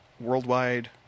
worldwide